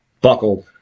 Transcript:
buckled